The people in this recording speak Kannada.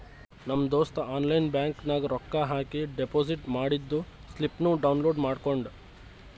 ನಮ್ ದೋಸ್ತ ಆನ್ಲೈನ್ ಬ್ಯಾಂಕ್ ನಾಗ್ ರೊಕ್ಕಾ ಹಾಕಿ ಡೆಪೋಸಿಟ್ ಮಾಡಿದ್ದು ಸ್ಲಿಪ್ನೂ ಡೌನ್ಲೋಡ್ ಮಾಡ್ಕೊಂಡ್